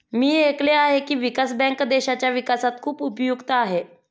मी ऐकले आहे की, विकास बँक देशाच्या विकासात खूप उपयुक्त आहे